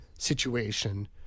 Situation